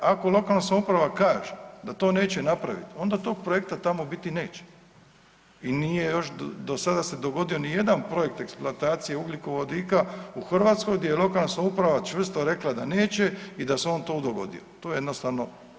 Ako lokalna samouprava kaže da to neće napravit, onda tog projekta tamo biti neće i nije još do sada se dogodio nijedan projekt eksploatacije ugljikovodika u Hrvatskoj gdje je lokalna samouprava čvrsto rekla da neće i da se on tu dogodio, to jednostavno.